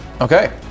Okay